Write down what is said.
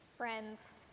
Friends